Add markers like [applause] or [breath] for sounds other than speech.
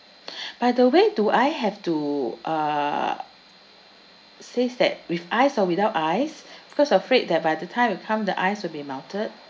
[breath] by the way do I have to uh says that with ice or without ice because I afraid that by the time you come the ice will be melted